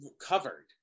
covered